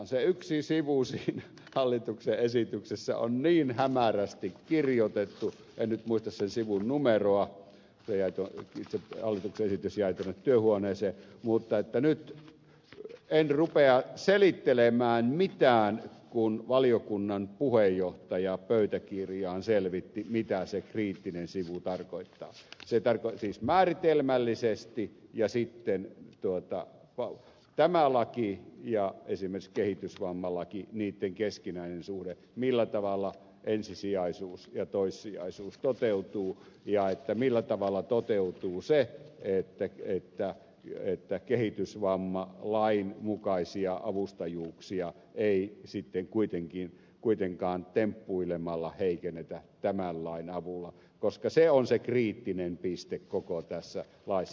se yksi sivu siinä hallituksen esityksessä on niin hämärästi kirjoitettu en nyt muista sen sivun numeroa itse hallituksen esitys jäi tuonne työhuoneeseen mutta nyt en rupea selittelemään mitään kun valiokunnan puheenjohtaja pöytäkirjaan selvitti mitä se kriittinen sivu tarkoittaa siis määritelmällisesti ja sitten millä tavalla tämän lain ja esimerkiksi kehitysvammalain keskinäisessä suhteessa ensisijaisuus ja toissijaisuus toteutuvat ja millä tavalla toteutuu se että kehitysvammalain mukaisia avustajuuksia ei sitten kuitenkaan temppuilemalla heikennetä tämän lain avulla koska se on se kriittinen piste koko tässä laissa